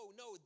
no